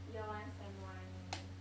year one sem one